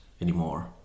anymore